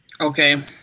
Okay